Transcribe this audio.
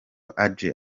adjei